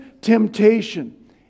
temptation